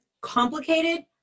complicated